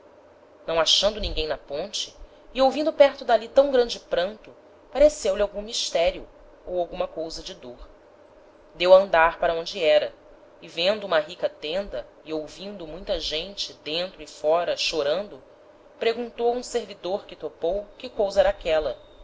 não achando ninguem na ponte e ouvindo perto d'ali tam grande pranto pareceu-lhe algum misterio ou alguma cousa de dôr deu a andar para onde era e vendo uma rica tenda e ouvindo muita gente dentro e fóra chorando preguntou a um servidor que topou que cousa era aquela